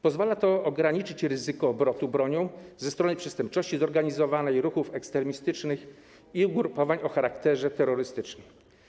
Pozwala to ograniczyć ryzyko obrotu bronią ze strony przestępczości zorganizowanej, ruchów ekstremistycznych i ugrupowań o charakterze terrorystycznym.